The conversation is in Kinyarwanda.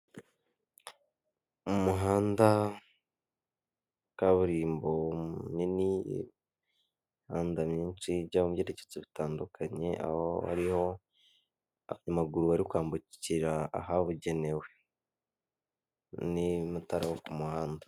umuhanda kaburimbo nini n'imihanda myinshi ijya mu byerekezo bitandukanye aho bariho abanyamaguru bari kwambukira ahabugenewe na amatara yo ku muhanda.